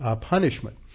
punishment